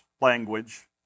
language